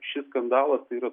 šis skandalas tai yra